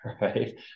right